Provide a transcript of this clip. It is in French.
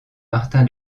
martin